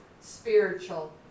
spiritual